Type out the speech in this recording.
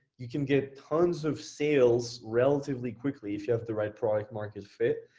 you can get tons of sales relatively quickly if you have the right product market fit.